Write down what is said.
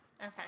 Okay